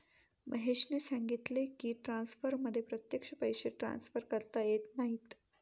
महेशने सांगितले की, ट्रान्सफरमध्ये प्रत्यक्ष पैसे ट्रान्सफर करता येत नाहीत